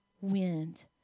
wind